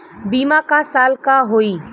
बीमा क साल क होई?